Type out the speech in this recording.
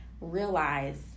realize